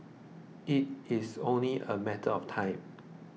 it is only a matter of time